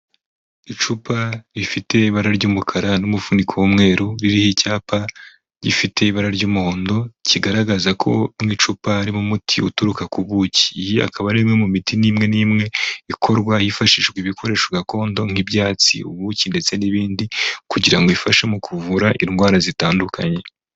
Icupa rifite ibara ry'umukara n'umufuniko w'umweru ririho icyapa gifite ibara ry'umuhondo, kigaragaza ko mu icupa harimo umuti uturuka ku buki. Iyi akaba ari imwe mu miti n'imwe n'imwe ikorwa hifashishwajwe ibikoresho gakondo nk'ibyatsi, ubuki ndetse n'ibindi, kugira ngo ifashe mu kuvura indwara zitandukanye.